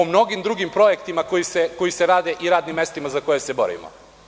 o mnogim drugim projektima koji se rade i radnim mestima za koje se borimo.